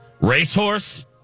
Racehorse